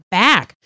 back